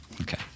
Okay